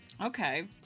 Okay